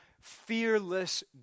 fearless